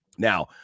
Now